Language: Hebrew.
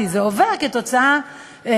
דיברנו קודם על